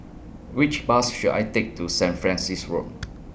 Which Bus should I Take to Saint Francis Road